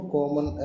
Common